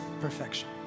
perfection